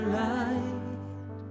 light